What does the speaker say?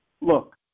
Look